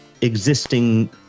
existing